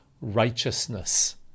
righteousness